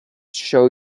show